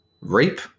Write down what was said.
rape